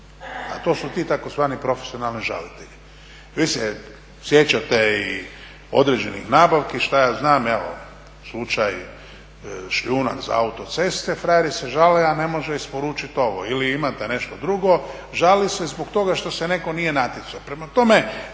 A to su ti tzv. profesionalni žalitelji. Vi se sjećate i određenih nabavki, što ja znam, evo slučaj šljunak za autoceste. Frajer se žali, a ne može isporučiti ovo. Ili imate nešto drugo, žali se zbog toga što se netko nije natjecao. Prema tome,